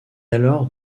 alors